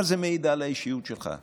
אבל זה מעיד על האישיות שלך.